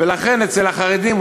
ולכן אצל החרדים,